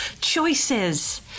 Choices